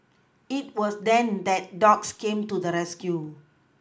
it was then that dogs came to the rescue